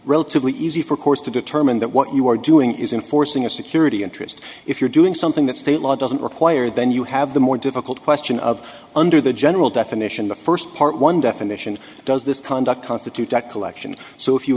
relatively easy for courts to determine that what you are doing isn't forcing a security interest if you're doing something that state law doesn't require then you have the more difficult question of under the general definition the first part one definition does this conduct constitute that collection so if you